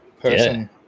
person